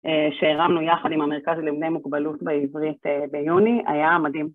שהרמנו יחד עם המרכז לבני מוגבלות בעברית ביוני, היה מדהים.